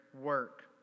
work